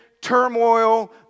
turmoil